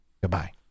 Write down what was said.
Goodbye